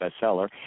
bestseller